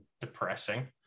depressing